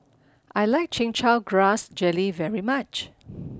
I like Chin Chow Grass Jelly very much